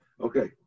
Okay